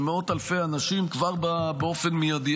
למאות אלפי אנשים כבר באופן מיידי,